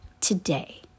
today